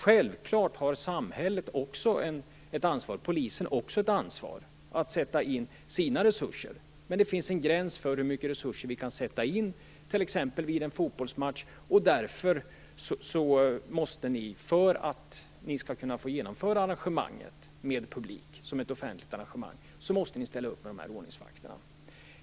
Självklart har samhället och polisen också ett ansvar att sätta in sina resurser, men det finns en gräns för hur mycket resurser vi kan sätta in, t.ex. vid en fotbollsmatch, och därför måste ni, för att ni skall kunna få genomföra arrangemanget med publik som ett offentligt arrangemang, ställa upp med de här ordningsvakterna.